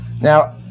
Now